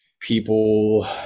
people